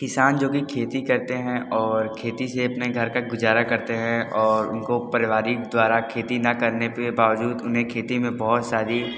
किसान जोकि खेती करते हैं और खेती से अपने घर का गुजारा करते हैं और उनको पारिवारिक द्वारा खेती ना करने पे बावजूद उन्हें खेती में बहुत सारी